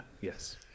yes